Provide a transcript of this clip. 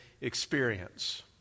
experience